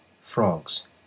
frogs